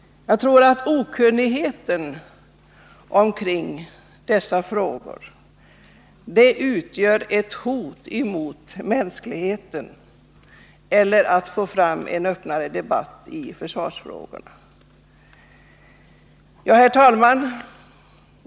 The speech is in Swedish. Jag tror att okunnigheten omkring dessa frågor utgör ett hot mot mänskligheten och förhindrar att vi får till stånd en öppnare debatt i försvarsfrågorna. Herr talman!